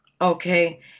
Okay